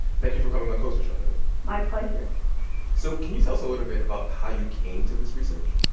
thank you for coming on code switch, arline my pleasure so can you tell us a little bit about how you came to this research?